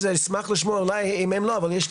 אשמח לשמוע עדכונים,